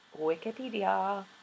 Wikipedia